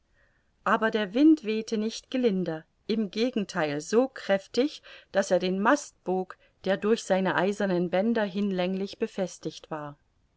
aber der wind wehte nicht gelinder im gegentheil so kräftig daß er den mast bog der durch seine eisernen bänder hinlänglich befestigt war